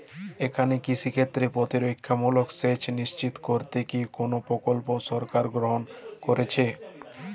এখানে কৃষিক্ষেত্রে প্রতিরক্ষামূলক সেচ নিশ্চিত করতে কি কোনো প্রকল্প সরকার গ্রহন করেছে?